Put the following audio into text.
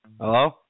Hello